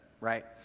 right